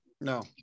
No